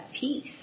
peace